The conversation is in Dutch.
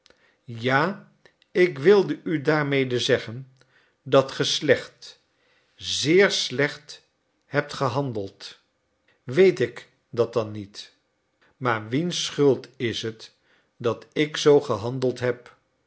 ja ik wilde u daarmede zeggen dat ge slecht zeer slecht hebt gehandeld weet ik dat dan niet maar wiens schuld is het dat ik zoo gehandeld heb